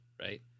right